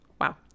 wow